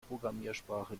programmiersprache